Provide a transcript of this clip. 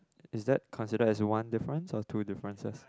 is that consider as one difference or two differences